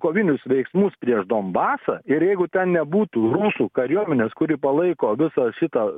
kovinius veiksmus prieš donbasą ir jeigu ten nebūtų rusų kariuomenės kuri palaiko viso šito